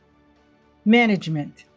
management,